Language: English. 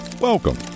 welcome